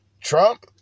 Trump